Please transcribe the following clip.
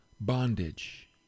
bondage